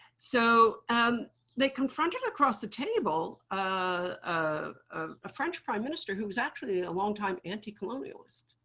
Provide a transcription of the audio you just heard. so um they confronted, across the table, ah ah a french prime minister who was actually a longtime anti-colonialist.